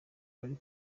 bari